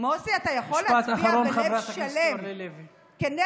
משפט אחרון, חברת הכנסת אורלי לוי.